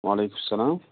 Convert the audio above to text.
وعلیکُم السلام